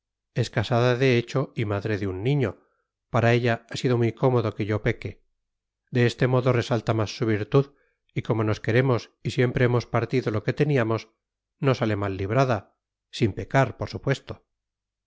es casada de hecho y madre de un niño para ella ha sido muy cómodo que yo peque de este modo resalta más su virtud y como nos queremos y siempre hemos partido lo que teníamos no sale mal librada sin pecar por supuesto